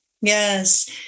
yes